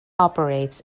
operates